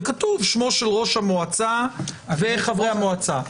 וכתוב שמו של ראש המועצה וחברי המועצה.